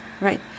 Right